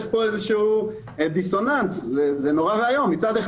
יש פה דיסוננס נורא ואיום: מצד אחד